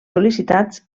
sol·licitats